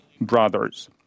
brothers